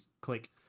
click